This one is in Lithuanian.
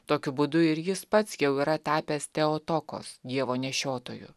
tokiu būdu ir jis pats jau yra tapęs teotokos dievo nešiotoju